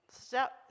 step